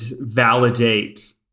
validate